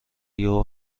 یهو